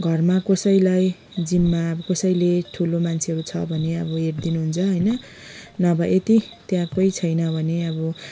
घरमा कसैलाई जिम्मा अब कोसैले ठुलो मान्छेहरू छ भने अब हेरिदिनु हुन्छ होइन नभए यति त्यहाँ कोही छैन भने अब